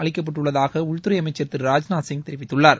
அளிக்கப்பட்டுள்ளதாக உள்துறை அமைச்சர் திரு ராஜ்நாத் சிங் தெரிவித்துள்ளார்